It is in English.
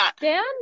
Dan